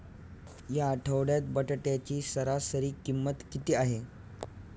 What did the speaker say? या आठवड्यात बटाट्याची सरासरी किंमत किती आहे?